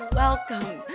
welcome